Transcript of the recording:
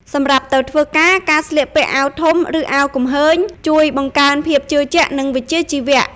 សម្រាប់ទៅធ្វើការ ការស្លៀកពាក់អាវធំ ឬអាវគំហើញ ជួយបង្កើនភាពជឿជាក់ និងវិជ្ជាជីវៈ។